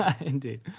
Indeed